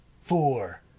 four